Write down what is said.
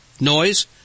noise